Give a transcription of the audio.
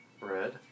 red